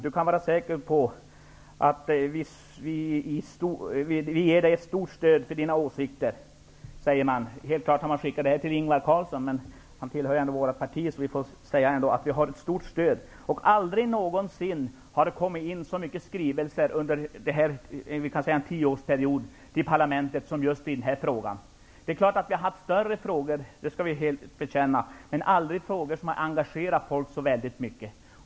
Du kan vara säker på att vi ger dig ett stort stöd för dina åsikter. Helt klart har man skickat detta till Ingvar Carlsson, men han tillhör ju vårt parti så vi får väl ändå säga att vi har ett stort stöd. Aldrig någonsin har det kommit så mycket skrivelser till parlamentet under den senaste tioårsperioden som just i denna fråga. Vi har haft större frågor, men aldrig frågor som engagerat folk så mycket.